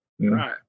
right